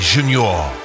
Junior